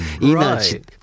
right